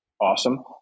awesome